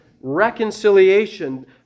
reconciliation